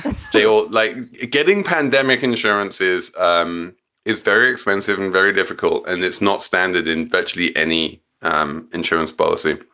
ah still, like getting pandemic insurance is um is very expensive and very difficult. and it's not standard in virtually any um insurance policy